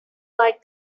like